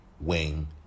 wing